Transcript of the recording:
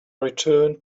returned